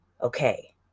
Okay